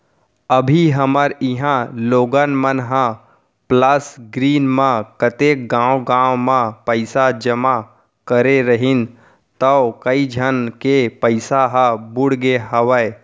अभी हमर इहॉं लोगन मन ह प्लस ग्रीन म कतेक गॉंव गॉंव म पइसा जमा करे रहिन तौ कइ झन के पइसा ह बुड़गे हवय